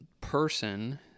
person